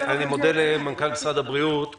רח"ל לא קיבלה אחריות ומשרד הביטחון לא קיבל אחריות על האירוע.